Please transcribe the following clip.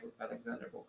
Alexander